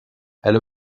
elle